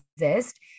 exist